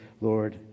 Lord